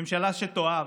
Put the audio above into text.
ממשלה שתאהב,